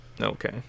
Okay